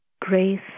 grace